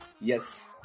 Yes